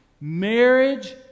Marriage